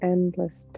Endless